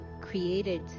created